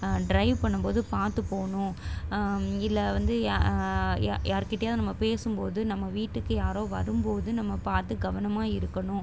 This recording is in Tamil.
ட்ரைவ் பண்ணும் போது பார்த்து போகணும் இல்லை வந்து யா யா யாருக்கிட்டையாவது நம்ம பேசும் போது நம்ம வீட்டுக்கு யாரோ வரும் போது நம்ம பார்த்து கவனமாக இருக்கணும்